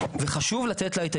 אם זה משטרה או אם זה בתי המשפט,